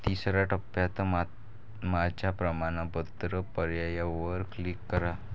तिसर्या टप्प्यात माझ्या प्रमाणपत्र पर्यायावर क्लिक करा